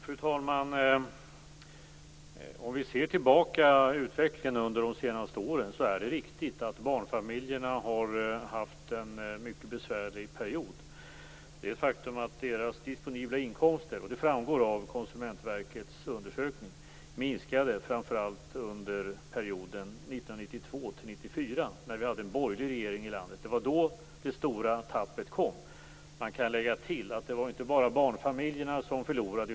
Fru talman! Låt oss se tillbaka på utvecklingen de senaste åren. Det är riktigt att barnfamiljerna har haft en mycket besvärlig period. Ett faktum är att deras disponibla inkomster - det framgår av Konsumentverkets undersökning - minskade framför allt under perioden 1992-1994 under den borgerliga regeringen. Det var då det stora tappet kom. Det var inte bara barnfamiljerna som förlorade.